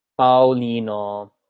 Paulino